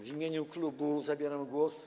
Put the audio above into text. W imieniu klubu zabieram głos.